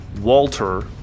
Walter